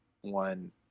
one